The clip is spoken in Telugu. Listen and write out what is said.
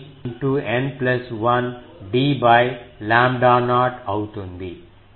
73 N 1 d లాంబ్డా నాట్ అవుతుంది